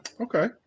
okay